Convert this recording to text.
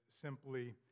simply